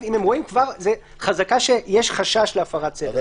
זו חזקה שיש חשש להפרת סדר.